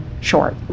short